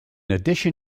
addition